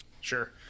sure